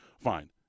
Fine